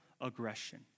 aggression